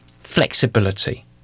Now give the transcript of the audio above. flexibility